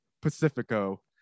Pacifico